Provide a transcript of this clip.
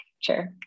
Sure